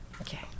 Okay